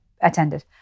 attended